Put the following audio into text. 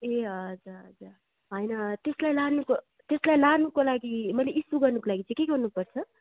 ए हजुर हजुर होइन त्यसलाई लानुको त्यसलाई लानुको लागि मैले इस्यु गर्नुको लागि गर्नुको लागि चाहिँ के गर्नु पर्छ